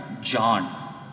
John